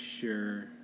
sure